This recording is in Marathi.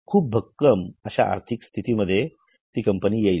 खूप भक्कम अश्या आर्थिक स्थितीत येईल